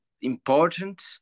important